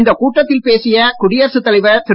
இந்தக் கூட்டத்தில் பேசிய குடியரசுத் தலைவர் திரு